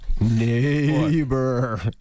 Neighbor